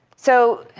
so